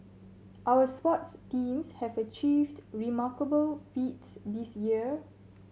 our sports teams have achieved remarkable feats this year